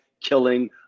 killing